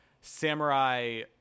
samurai